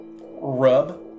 rub